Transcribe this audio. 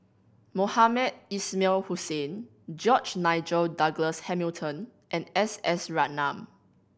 Mohamed Ismail Hussain George Nigel Douglas Hamilton and S S Ratnam